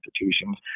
institutions